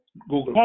Google